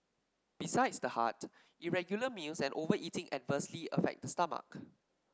besides the heart irregular meals and overeating adversely affect the stomach